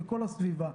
לכל הסביבה,